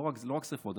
זה לא רק שרפות,